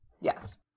Yes